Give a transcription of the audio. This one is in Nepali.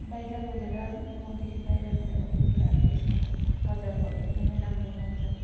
बाहिर लगेर गाउँदेखि बाहिर लगेर बेच्दा अब यसको बजार भाउ एकदमै राम्रो पाउँछौँ